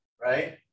right